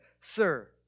Sir